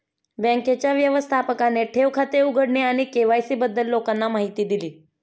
बँकेच्या व्यवस्थापकाने ठेव खाते उघडणे आणि के.वाय.सी बद्दल लोकांना माहिती दिली